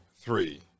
three